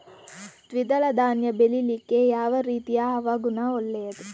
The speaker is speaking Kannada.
ದ್ವಿದಳ ಧಾನ್ಯ ಬೆಳೀಲಿಕ್ಕೆ ಯಾವ ರೀತಿಯ ಹವಾಗುಣ ಒಳ್ಳೆದು?